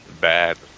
bad